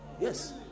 yes